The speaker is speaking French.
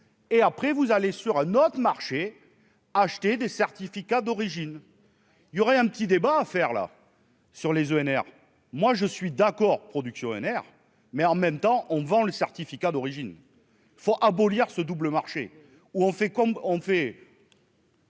et après vous allez sur un autre marché acheter des certificats d'origine, il y aurait un petit débat à faire là sur les ENR, moi je suis d'accord production mais en même temps on vend le certificat d'origine faut abolir ce double marché ou on fait